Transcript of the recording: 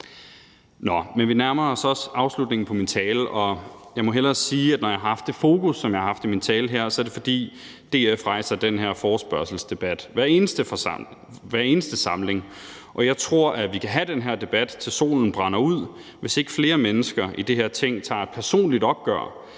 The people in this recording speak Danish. Nå, men vi nærmer os afslutningen på min tale, og jeg må hellere sige, at når jeg har haft det fokus, som jeg har haft i min tale her, er det, fordi DF rejser den her forespørgselsdebat i hver eneste samling, og jeg tror, vi kan have den her debat, til solen brænder ud, hvis ikke flere mennesker i det her Ting tager et personligt opgør